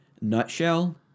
Nutshell